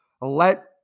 let